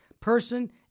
person